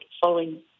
following